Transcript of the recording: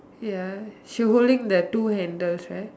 ya she holding that two handles right